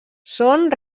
són